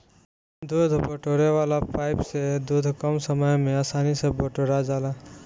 दूध बटोरे वाला पाइप से दूध कम समय में आसानी से बटोरा जाला